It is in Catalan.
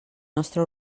nostre